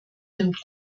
nimmt